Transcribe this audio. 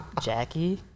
Jackie